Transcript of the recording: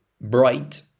bright